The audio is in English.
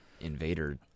Invader